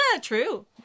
True